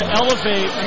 elevate